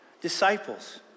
disciples